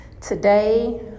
Today